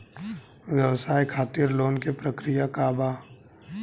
व्यवसाय खातीर लोन के प्रक्रिया का बा?